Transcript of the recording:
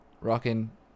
Rocking